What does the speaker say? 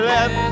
Let